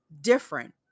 different